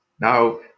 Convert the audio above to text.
Now